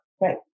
Right